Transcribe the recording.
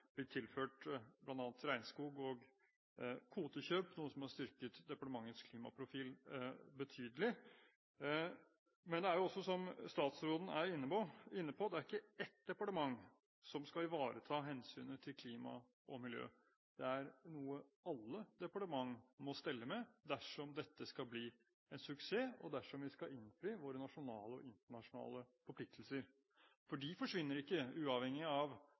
blitt tilført bl.a. regnskog og kvotekjøp, noe som har styrket departementets klimaprofil betydelig. Men det er, som statsråden også var inne på, ikke bare ett departement som skal ivareta hensynet til klima og miljø. Det er noe alle departementene må stelle med dersom dette skal bli en suksess, og dersom vi skal innfri våre nasjonale og internasjonale forpliktelser. Uansett hvilket departement som forvalter hvilket område, forsvinner ikke